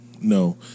no